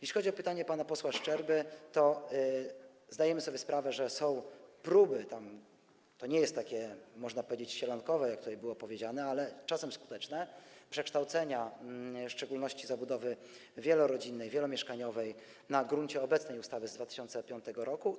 Jeśli chodzi o pytanie pana posła Szczerby, to zdajemy sobie sprawę, że są próby, to nie jest takie, można powiedzieć, sielankowe, jak tutaj zostało powiedziane, ale czasem są skuteczne przekształcenia w szczególności zabudowy wielorodzinnej, wielomieszkaniowej na gruncie obecnej ustawy z 2005 r.